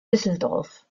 düsseldorf